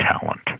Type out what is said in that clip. talent